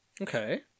Okay